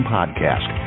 Podcast